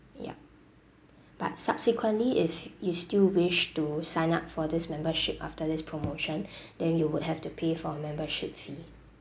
yup but subsequently if you still wish to sign up for this membership after this promotion then you would have to pay for membership fee